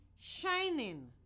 shining